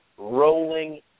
rolling